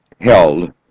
held